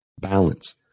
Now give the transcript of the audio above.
balance